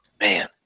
Man